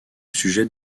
sujet